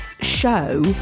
show